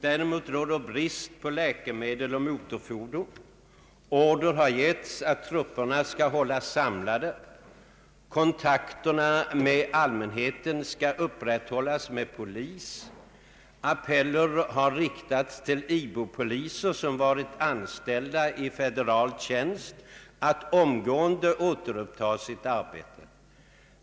Däremot råder brist på läkemedel och motorfordon. Order har getts att trupperna skall hållas samlade. Kontakterna med allmänheten skall upprätthållas med polis. Appeller har riktats till ibo-poliser, som varit anställda i federal tjänst, att omgående återuppta sitt arbete.